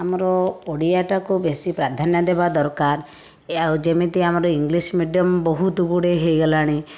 ଆମର ଓଡ଼ିଆଟାକୁ ବେଶୀ ପ୍ରାଧାନ୍ୟ ଦେବା ଦରକାର ଆଉ ଯେମିତି ଆମର ଇଂଲିଶ ମିଡ଼ିଅମ ବହୁତ ଗୁଡ଼ାଏ ହୋଇଗଲାଣି